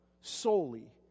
solely